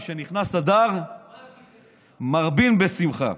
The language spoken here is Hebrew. "משנכנס אדר מרבים בשמחה".